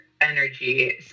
energy